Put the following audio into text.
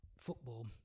football